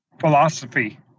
philosophy